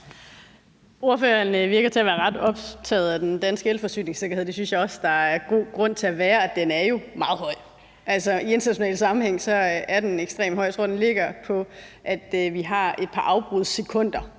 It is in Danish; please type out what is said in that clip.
Ordføreren virker til at være ret optaget af den danske elforsyningssikkerhed. Det synes jeg også at der er god grund til at være. Og den er jo meget høj. Altså, i international sammenhæng er den ekstremt høj. Jeg tror, at den ligger på, at vi har et par afbrudssekunder